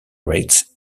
rates